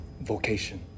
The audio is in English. vocation